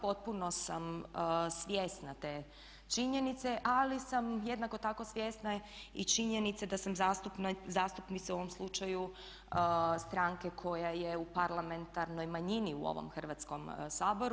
Potpuno sam svjesna te činjenice ali sam jednako tako svjesna i činjenice da sam zastupnica u ovom slučaju stranke koja je u parlamentarnoj manjini u ovom Hrvatskom saboru.